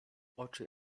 oczy